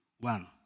One